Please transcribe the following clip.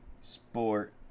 sport